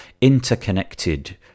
interconnected